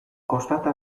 kostata